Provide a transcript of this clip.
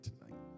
tonight